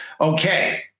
okay